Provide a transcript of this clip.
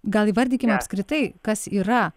gal įvardykim apskritai kas yra